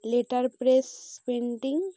letter press painting